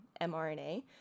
mRNA